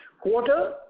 quarter